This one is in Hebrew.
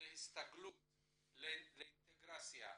להסתגלות ולאינטגרציה,